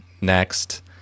next